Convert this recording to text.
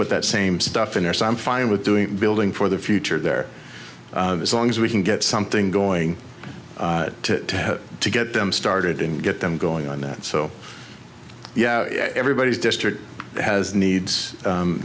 put that same stuff in there so i'm fine with doing building for the future there as long as we can get something going to to get them started and get them going on so yeah everybody's district has needs